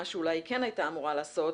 מה שאולי כן היא הייתה אמורה לעשות,